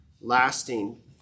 lasting